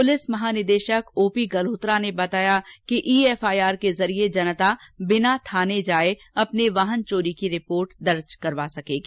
police महानिदेशक O P Galhotra ने बताया कि ई एफआईआर के जरिये जनता बिना थाने जाए अपने वाहन चोरी की रिपोर्ट दर्ज करवा सकेगी